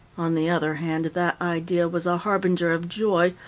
on the other hand, that idea was a harbinger of joy,